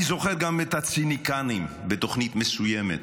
אני זוכר גם את הציניקנים בתוכנית מסוימת,